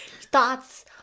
thoughts